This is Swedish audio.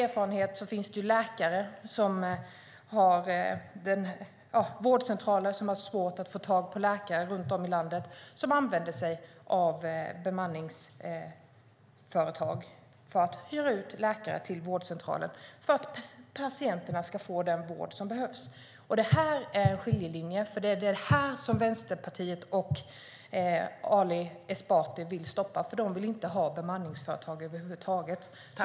Det finns vårdcentraler runt om i landet som har svårt att få tag på läkare och som använder sig av bemanningsföretag som hyr ut läkare till vårdcentraler för att patienterna ska få den vård de behöver. Där går skiljelinjen. Det är det här som Vänsterpartiet och Ali Esbati vill stoppa, för de vill inte ha bemanningsföretag över huvud taget.